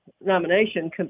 nomination